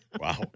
Wow